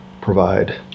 provide